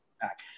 back